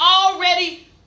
already